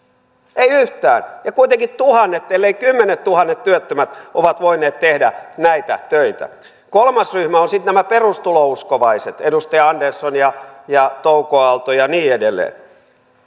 ei yhtään ja kuitenkin tuhannet elleivät kymmenettuhannet työttömät ovat voineet tehdä näitä töitä kolmas ryhmä on sitten nämä perustulouskovaiset edustajat andersson ja ja touko aalto ja niin edelleen